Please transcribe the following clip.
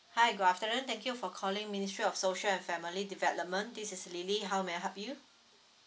hi good afternoon thank you for calling ministry of social and family development this is lily how may I help you